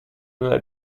nella